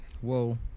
whoa